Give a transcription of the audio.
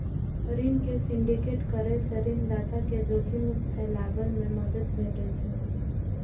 ऋण के सिंडिकेट करै सं ऋणदाता कें जोखिम फैलाबै मे मदति भेटै छै